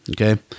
okay